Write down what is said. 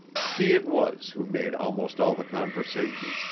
she it was who made almost all the conversation,